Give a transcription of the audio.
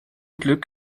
glück